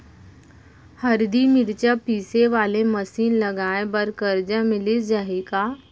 हरदी, मिरचा पीसे वाले मशीन लगाए बर करजा मिलिस जाही का?